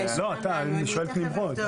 לא, אתה, אני שואל את נמרוד.